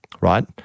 right